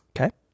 Okay